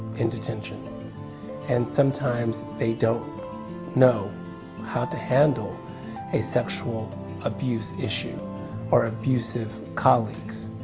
in detention and sometimes they don't know how to handle a sexual abuse issue or abusive colleagues,